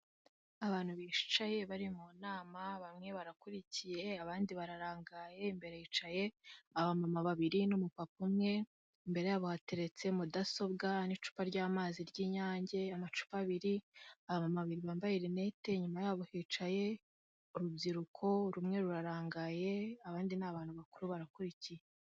Abantu bicaye bari mu nama, bamwe barakurikiye abandi bararangaye, imbere hicaye abamama babiri n'umupapa umwe, imbere yabo hateretse mudasobwa n'icupa ry'amazi ry'inyange, amacupa abiri, abamama babiri bambaye rinete, inyuma yabo hicaye urubyiruko, rumwe rurarangaye, abandi ni abantu bakuru barakurikiye.